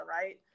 right